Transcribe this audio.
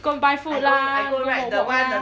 go and buy food lah go walk walk lah